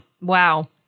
Wow